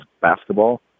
basketball